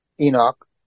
Enoch